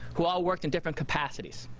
who all worked in different capacities.